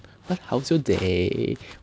how's your day